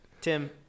Tim